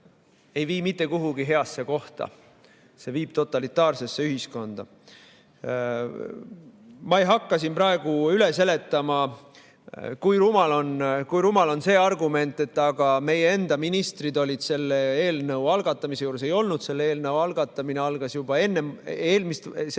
ei vii mitte kuhugi heasse kohta, vaid see viib totalitaarsesse ühiskonda. Ma ei hakka siin praegu üle seletama, kui rumal on see argument, et aga meie enda ministrid olid selle eelnõu algatamise juures. Ei olnud, selle eelnõu algatamine algas juba enne eelmist